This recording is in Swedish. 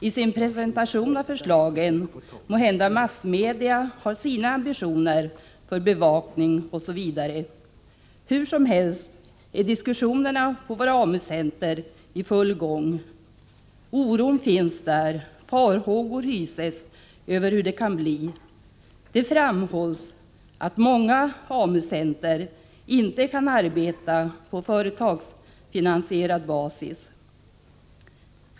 I sin presentation av förslagen måhända massmedia har sina egna ambitioner. Hur som helst är diskussionerna på våra AMU-centra i full gång. Oron finns där, farhågor hyses över hur det kan bli. Det framhålls att många AMU-centra inte kan arbeta på företagsfinansierad basis.